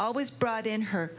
always brought in her